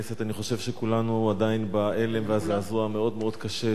אני חושב שכולנו בהלם ובזעזוע המאוד-מאוד קשה של